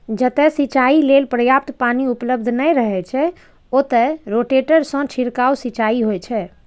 जतय सिंचाइ लेल पर्याप्त पानि उपलब्ध नै रहै छै, ओतय रोटेटर सं छिड़काव सिंचाइ होइ छै